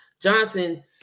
Johnson